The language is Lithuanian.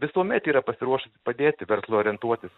visuomet yra pasiruošus padėti verslui orientuotis